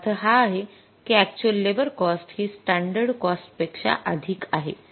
याचा अर्थ हा आहे कि अक्चुअल लेबर कॉस्ट हि स्टॅंडर्ड कॉस्ट पेक्षा आधिक आहे